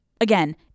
Again